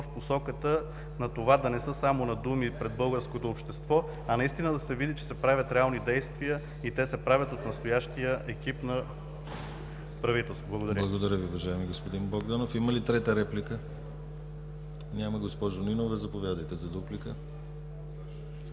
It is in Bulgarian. в посоката на това да не са само на думи пред българското общество, а наистина да се види, че се правят реални действия и те се правят от настоящия екип на правителството. Благодаря. ПРЕДСЕДАТЕЛ ДИМИТЪР ГЛАВЧЕВ: Благодаря Ви, уважаеми господин Богданов. Има ли трета реплика? Няма. Госпожо Нинова, заповядайте за дуплика.